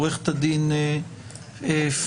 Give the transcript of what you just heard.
עורכת הדין גבריאלה פיסמן,